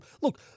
Look